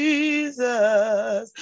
Jesus